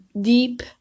deep